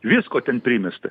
visko ten primesta